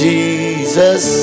Jesus